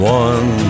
one